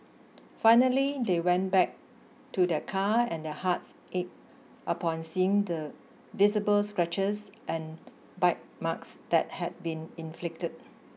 finally they went back to their car and their hearts ache upon seeing the visible scratches and bite marks that had been inflicted